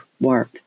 work